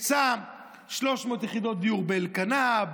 הקצה 300 יחידות דיור באלקנה,